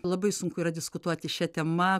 labai sunku yra diskutuoti šia tema